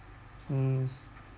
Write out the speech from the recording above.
um